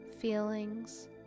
feelings